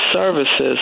services